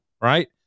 right